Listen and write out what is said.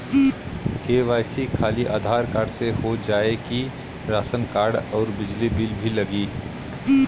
KYC खाली Aadhaar card से हो जाए कि राशन कार्ड अउर बिजली बिल भी लगी?